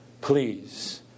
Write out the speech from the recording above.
please